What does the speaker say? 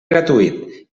gratuït